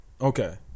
Okay